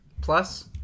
Plus